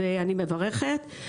ואני מברכת.